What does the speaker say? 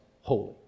holy